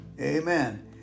Amen